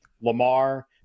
Lamar